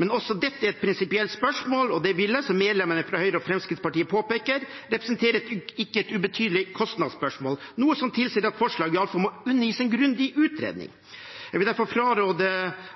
Men også dette er et prinsipielt spørsmål, og det vil, som representantene fra Høyre og Fremskrittspartiet påpeker, representere et ikke ubetydelig kostnadsspørsmål, noe som tilsier at forslaget iallfall må undergis en grundig utredning. Jeg vil derfor fraråde